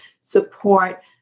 support